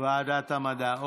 ועדת המדע.